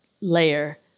layer